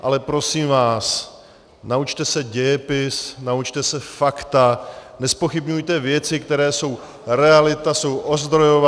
Ale prosím vás, naučte se dějepis, naučte se fakta, nezpochybňujte věci, které jsou realita, jsou ozdrojované.